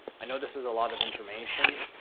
i know this is a lot of information.